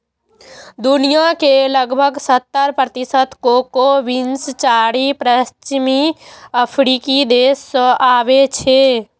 दुनिया के लगभग सत्तर प्रतिशत कोको बीन्स चारि पश्चिमी अफ्रीकी देश सं आबै छै